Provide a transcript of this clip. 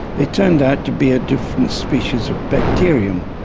they turned out to be a different species of bacterium,